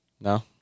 No